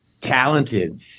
talented